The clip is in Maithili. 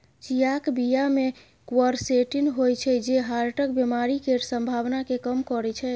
चियाक बीया मे क्वरसेटीन होइ छै जे हार्टक बेमारी केर संभाबना केँ कम करय छै